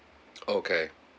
okay